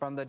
from the